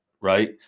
right